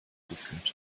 geführt